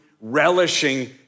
relishing